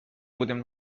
بودیم